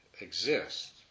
exist